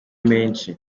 menshi